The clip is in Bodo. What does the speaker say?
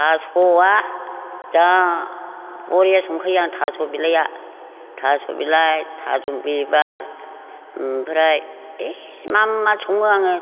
थास'आ जा बरिया संखायो आं थास' बिलाया थास' बिलाय थास' बिबार ओमफ्राय एइ मा मा संङो आङो